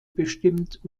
bestimmt